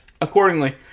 Accordingly